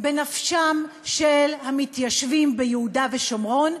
בנפשם של המתיישבים ביהודה ושומרון,